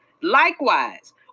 likewise